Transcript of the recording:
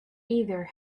either